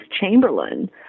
Chamberlain